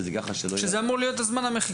שזה אמור להיות זמן המחיקה.